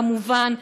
כמובן,